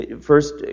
First